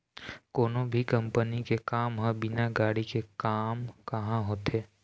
कोनो भी कंपनी के काम ह बिना गाड़ी के काम काँहा होथे